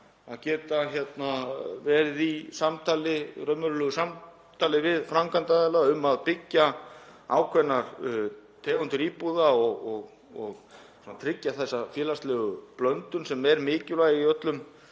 að geta verið í raunverulegu samtali við framkvæmdaraðila um að byggja ákveðnar tegundir íbúða og tryggja þessa félagslegu blöndun sem er mikilvæg í öllum